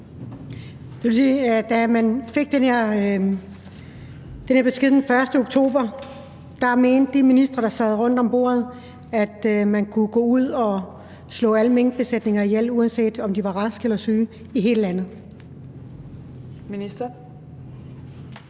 da man fik den her besked den 1. oktober, mente de ministre, der sad rundt om bordet, at man kunne gå ud slå alle minkbesætninger ihjel, uanset om de var raske eller syge – i hele landet?